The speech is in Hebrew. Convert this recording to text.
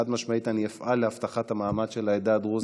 חד-משמעית אפעל להבטחת המעמד של העדה הדרוזית במדינת ישראל.